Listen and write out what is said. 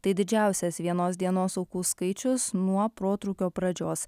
tai didžiausias vienos dienos aukų skaičius nuo protrūkio pradžios